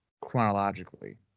chronologically